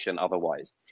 otherwise